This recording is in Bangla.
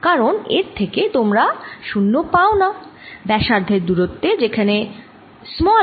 কারণ এর থেকে তোমরা 0 পাওনা ব্যাসার্ধের দূরত্বে যেখানে r সমান R